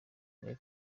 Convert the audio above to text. mibi